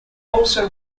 also